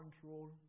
control